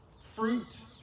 fruit